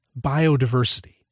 biodiversity